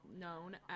known